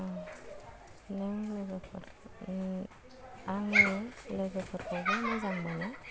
नों लोगोफोर आङो लागोफोरखौबो मोजां मोनो